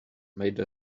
made